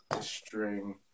string